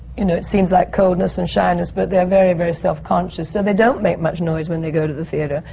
you know, it seems like coldness and shyness, but they're very, very self-conscious. so they don't make much noise when they go to the theatre.